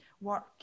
work